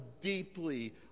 deeply